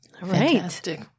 Fantastic